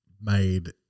made